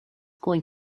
going